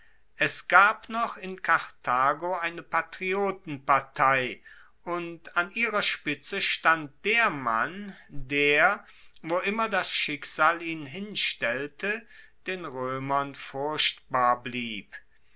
es gab noch in karthago eine patriotenpartei und an ihrer spitze stand der mann der wo immer das schicksal ihn hinstellte den roemern furchtbar blieb